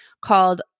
called